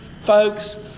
folks